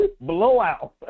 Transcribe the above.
Blowout